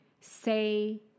say